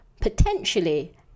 potentially